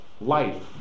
life